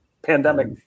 pandemic